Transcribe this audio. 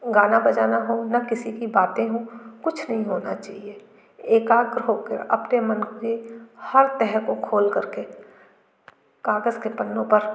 गाना बजाना हो ना किसी की बातें हो कुछ नहीं होना चाहिए एकाग्र हो कर अपने मन के हर तह को खोल कर के कागज़ के पन्नों पर